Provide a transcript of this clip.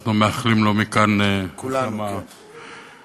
ואנחנו מאחלים לו, מכאן, כולנו, כן.